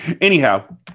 Anyhow